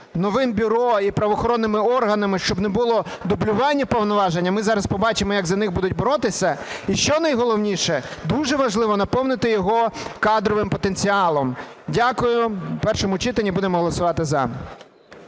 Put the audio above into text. новим бюро і правоохоронними органами, щоб не було дублювання повноважень, і ми зараз побачимо, як за них будуть боротися. І що найголовніше, дуже важливо – наповнити його кадровим потенціалом. Дякую. В першому читанні будемо голосувати "за".